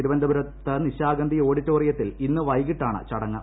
തിരുവനന്തപുരത്ത് നിശാഗന്ധി ഓഡിറ്റോറിയത്തിൽ ഇന്ന് വൈകിട്ടാണ് ചടങ്ങ്